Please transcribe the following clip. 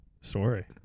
story